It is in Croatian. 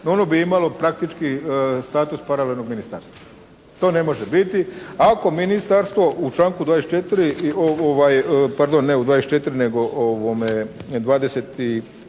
ono bi imalo praktički status paralelnog ministarstva. To ne može biti. Ako ministarstvo u članku 24. pardon ne u 24. nego u 29.